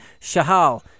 Shahal